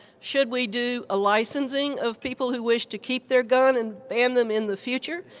should we do a licensing of people who wish to keep their gun and ban them in the future?